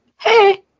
Hey